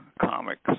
comics